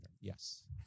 Yes